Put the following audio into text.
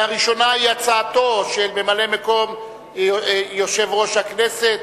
והראשונה היא הצעתו של ממלא-מקום יושב-ראש הכנסת,